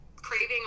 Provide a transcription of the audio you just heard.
craving